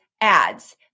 ads